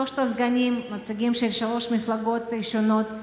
שלושת הסגנים נציגים של שלוש מפלגות שונות.